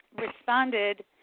responded